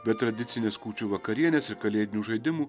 be tradicinės kūčių vakarienės ir kalėdinių žaidimų